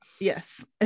Yes